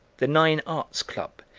the nine arts club,